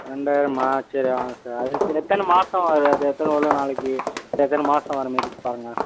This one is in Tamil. ரெண்டாயிரமா சரி அதுக்கு எத்தனை மாதம் அதாவது எத்தனை எவ்வளோ நாளைக்கு எத்தனை மாதம் வர மாதிரி பாருங்கள்